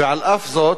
ולמרות זאת,